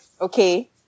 okay